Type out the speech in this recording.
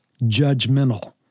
judgmental